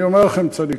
אני אומר לכם, צדיקים.